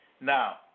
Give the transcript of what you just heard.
Now